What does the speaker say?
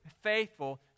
faithful